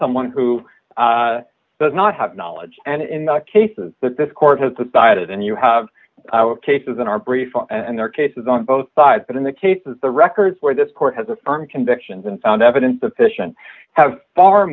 someone who does not have knowledge and in the cases that this court has decided and you have cases in our brief and there are cases on both sides but in the cases the records where this court has a firm convictions and found evidence of fish and have far